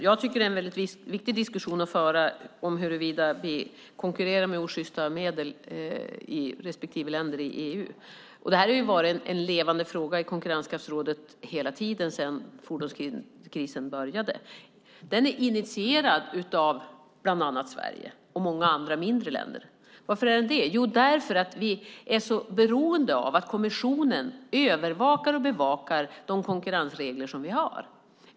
Fru talman! Det är viktigt att diskutera huruvida vi i respektive land i EU konkurrerar med osjysta medel eller inte. Det har sedan fordonskrisen startade varit en levande fråga i konkurrenskraftsrådet. Frågan är initierad av Sverige och många andra mindre länder. Varför är den det? Jo, därför att vi är så beroende av att kommissionen bevakar och övervakar de konkurrensregler vi har.